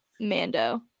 mando